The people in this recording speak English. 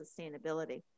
sustainability